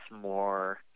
more